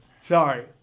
Sorry